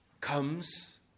comes